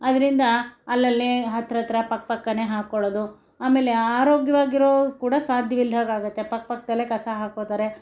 ಅದರಿಂದ ಅಲ್ಲಲ್ಲೇ ಹತ್ರತ್ರ ಪಕ್ಕ ಪಕ್ಕನೇ ಹಾಕ್ಕೊಳ್ಳೋದು ಆಮೇಲೆ ಆರೋಗ್ಯವಾಗಿರೋದು ಕೂಡ ಸಾಧ್ಯವಿಲ್ದಾಗೆ ಆಗತ್ತೆ ಪಕ್ಕ ಪಕ್ಕದಲ್ಲೇ ಕಸ ಹಾಕೋತಾರೆ